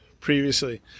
previously